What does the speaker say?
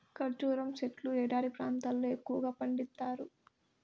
ఖర్జూరం సెట్లు ఎడారి ప్రాంతాల్లో ఎక్కువగా పండిత్తారు